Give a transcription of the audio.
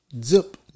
Zip